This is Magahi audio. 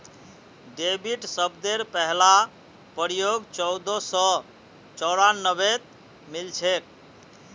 डेबिट शब्देर पहला प्रयोग चोदह सौ चौरानवेत मिलछेक